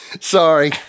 Sorry